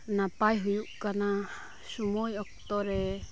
ᱱᱟᱯᱟᱭ ᱦᱳᱭᱳᱜ ᱠᱟᱱᱟ ᱥᱳᱢᱳᱭ ᱚᱠᱛᱚ ᱨᱮ